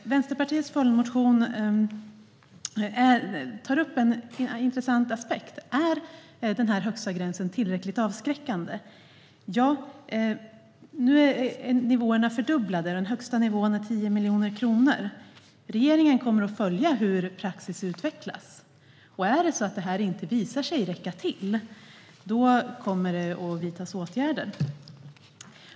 Vänsterpartiets följdmotion tar dock upp en intressant aspekt. Är den högsta gränsen tillräckligt avskräckande? Nu blir nivåerna fördubblade, och den högsta nivån är 10 miljoner kronor. Regeringen kommer att följa hur praxis utvecklas. Om det visar sig att detta inte är tillräckligt kommer åtgärder att vidtas.